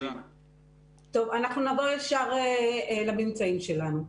נעבור ישר לממצאים שלנו.